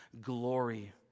glory